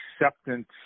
acceptance